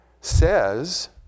says